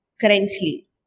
currently